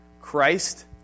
Christ